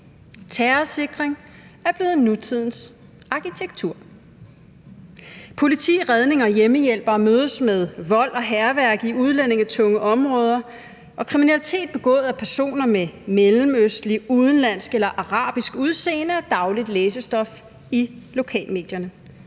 Terrorsikring er blevet nutidens arkitektur. Politi, redning og hjemmehjælpere mødes med vold og hærværk i udlændingetunge områder, og kriminalitet begået af personer med mellemøstlig, udenlandsk eller arabisk udseende er dagligt læsestof i lokalmedierne.